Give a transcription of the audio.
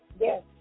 Yes